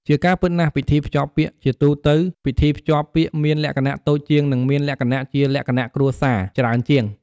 ជាការពិតណាស់់ ពិធីភ្ជាប់ពាក្យជាទូទៅ ពិធីភ្ជាប់ពាក្យមានលក្ខណៈ តូចជាង និង មានលក្ខណៈជាលក្ខណៈគ្រួសារ ច្រើនជាង។